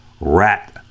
rat